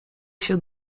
się